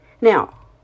Now